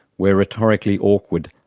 we're rhetorically awkward,